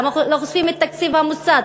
למה לא חושפים את תקציב המוסד,